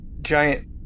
giant